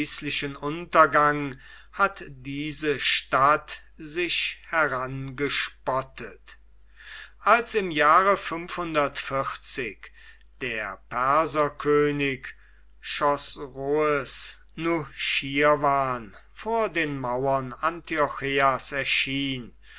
untergang hat diese stadt sich herangespottet als im jahre der perserkönig chosroes nuschirwan vor den mauern antiocheias erschien